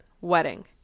wedding